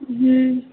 हुँ